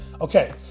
Okay